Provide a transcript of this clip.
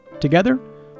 Together